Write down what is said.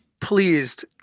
pleased